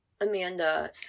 Amanda